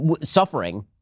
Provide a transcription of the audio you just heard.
suffering